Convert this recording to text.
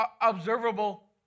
observable